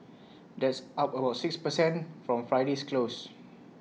that's up about six per cent from Friday's close